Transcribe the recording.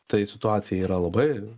tai situacija yra labai